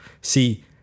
See